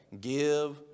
give